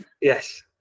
yes